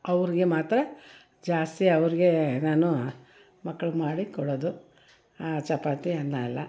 ಅವ್ರಿಗೆ ಮಾತ್ರ ಜಾಸ್ತಿ ಅವ್ರಿಗೆ ನಾನು ಮಕ್ಳಿಗೆ ಮಾಡಿಕೊಡೋದು ಚಪಾತಿ ಅನ್ನ ಅಲ್ಲ